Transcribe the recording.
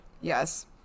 Yes